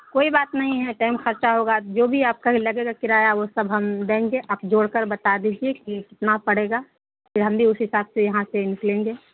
کوئی بات نہیں ہے ٹائم خرچ ہوگا جو بھی آپ کا ہی لگے کرایہ وہ سب ہم دیں گے آپ جوڑ کر بتا دیجیے کہ کتنا پڑے گا پھر ہم بھی اسی حساب سے یہاں سے نکلیں گے